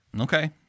Okay